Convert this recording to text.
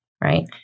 right